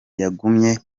yagumye